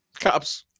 Cops